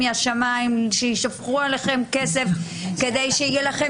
מהשמיים שיישפכו עליכם כסף כדי שיהיה לכם